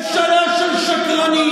ממשלה של שקרנים,